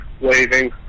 waving